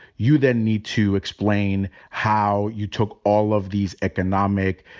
you then need to explain how you took all of these economic,